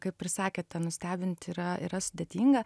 kaip ir sakėt nustebinti yra yra sudėtinga